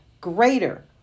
greater